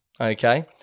okay